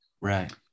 right